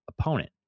opponent